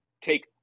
take